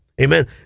Amen